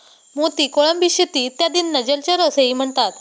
मोती, कोळंबी शेती इत्यादींना जलचर असेही म्हणतात